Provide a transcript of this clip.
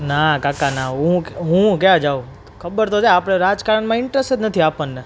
ના કાકા ના હું હું ક્યા જાઉં ખબર તો છે આપણે રાજકારણમાં ઇન્ટરસ્ટ જ નથી આપણને